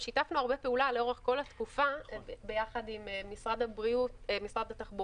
שיתפנו פעולה לאורך כל התקופה עם משרד התחבורה.